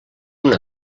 una